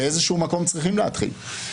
באיזשהו מקום צריך להתחיל.